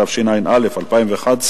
התשע"א 2011,